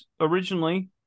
originally